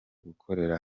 gukorera